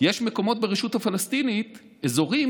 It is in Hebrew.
יש מקומות ברשות הפלסטינית, אזורים